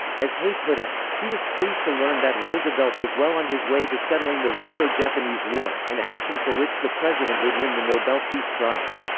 as hay put it. he was pleased to learn that roosevelt was well on his way to settling the russo-japanese war, an action for which the president would win the nobel peace prize.